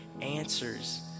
answers